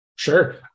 Sure